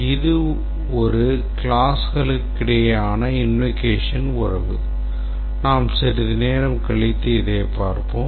இது ஒரு classகளுக்கிடையேயான invocation உறவு நாம் சிறிது நேரம் கழித்து இதை பார்ப்போம்